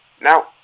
Now